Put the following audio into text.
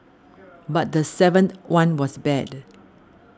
but the seventh one was bad